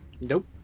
Nope